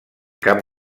cap